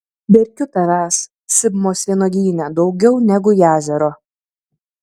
verkiu tavęs sibmos vynuogyne daugiau negu jazero